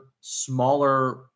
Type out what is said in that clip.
smaller